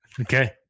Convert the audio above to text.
Okay